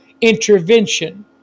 intervention